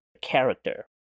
character